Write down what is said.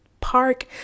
park